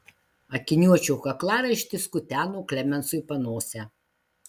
akiniuočio kaklaraištis kuteno klemensui panosę